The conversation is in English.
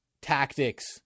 tactics